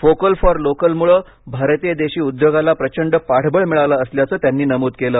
vocal for लोकलमुळे भारतीय देशी उद्योगाला प्रचंड पाठबळ मिळालं असल्याचं त्यांनी नमूद केलं